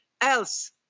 else